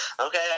okay